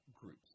groups